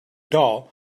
doll